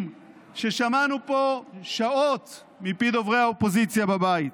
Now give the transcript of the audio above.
ששמענו פה שעות מפי דוברי האופוזיציה בבית.